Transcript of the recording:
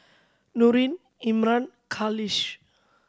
Nurin Imran Khalish